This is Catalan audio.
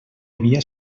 havia